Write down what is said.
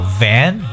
van